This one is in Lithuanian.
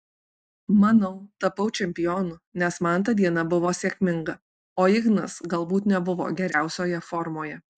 manau tapau čempionu nes man ta diena buvo sėkminga o ignas galbūt nebuvo geriausioje formoje